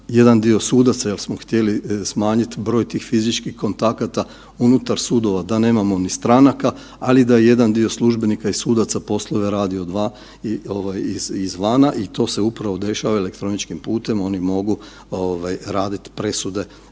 jedan dio sudaca jer smo htjeli smanjiti broj tih fizičkih kontakata unutar sudova da nemamo ni stranaka, ali da jedan dio službenika i sudaca poslove radi izvana i to se upravo dešava elektroničkim putem, oni mogu raditi presude